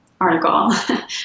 article